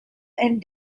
and